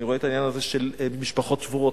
אני רואה את העניין הזה של משפחות שבורות,